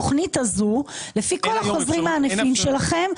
--- לפי כל החוזרים הענפים שלכם,